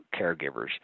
caregivers